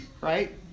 right